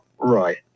Right